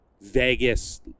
Vegas